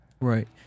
Right